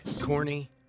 Corny